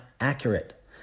accurate